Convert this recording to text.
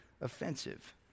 offensive